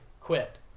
quit